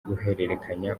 guhererekanya